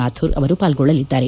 ಮಾಥೂರ್ ಅವರು ಪಾಲ್ಗೊಳ್ಳಲಿದ್ದಾರೆ